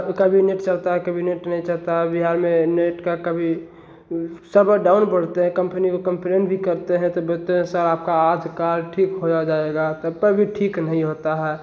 कभी नेट चलता है कभी नेट नहीं चलता है बिहार में नेट का कभी सर्वर डाउन बोलते हैं कंपनी को कंप्लेंट भी करते हैं तो बोलते हैं सर आपका आज कल ठीक हो जाएगा पर भी ठीक नहीं होता है